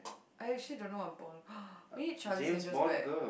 I actually don't know what Bond we need Charlies-Angel back